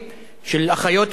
של אחיות כלליות,